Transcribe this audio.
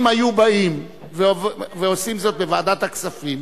אם היו באים ועושים זאת בוועדת הכספים,